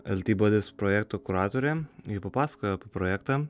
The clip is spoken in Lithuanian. el ti badis projekto kuratorė ji papasakojo apie projektą